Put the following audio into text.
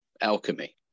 alchemy